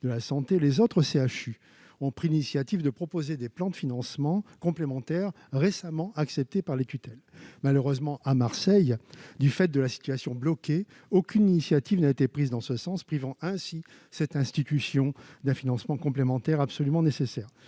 de la santé, les autres CHU ont pris l'initiative de proposer des plans de financement complémentaires, récemment acceptés par les tutelles. Malheureusement, à Marseille, du fait de la situation bloquée, aucune initiative n'a été prise en ce sens, privant ainsi cette institution d'un financement complémentaire absolument nécessaire.